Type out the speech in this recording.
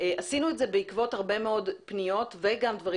עשינו את זה בעקבות הרבה מאוד פניות וגם דברים